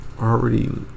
already